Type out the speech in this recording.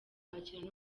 kwakira